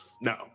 No